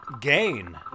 gain